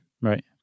Right